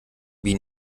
wie